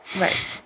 right